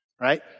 right